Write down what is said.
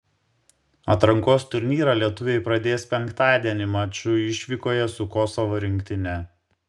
atrankos turnyrą lietuviai pradės penktadienį maču išvykoje su kosovo rinktine